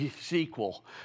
sequel